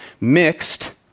mixed